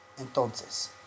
Entonces